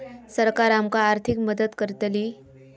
सरकार आमका आर्थिक मदत करतली?